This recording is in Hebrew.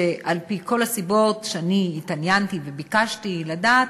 על-פי כל הסיבות שאני התעניינתי וביקשתי לדעת,